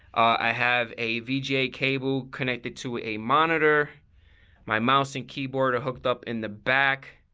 i have a vga cable connected to a monitor my mouse and keyboard hooked up in the back.